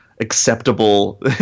acceptable